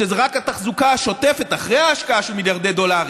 שזה רק התחזוקה השוטפת אחרי ההשקעה של מיליארדי דולרים,